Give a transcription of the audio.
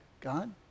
God